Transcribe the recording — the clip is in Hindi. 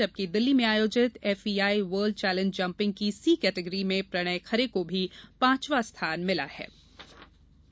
जबकि दिल्ली में आयोजित F E I world challenge jumping की सी केटेगरी में प्रणय खरे को भी पांचवा स्थान प्राप्त हुआ